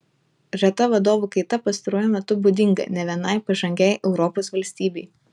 reta vadovų kaita pastaruoju metu būdinga ne vienai pažangiai europos valstybei